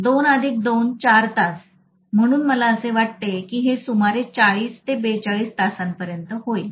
२अधिक २ तास 4 तास म्हणून मला असे वाटते की हे सुमारे 40 ते 42 तासांपर्यंत होईल